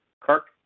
Kirk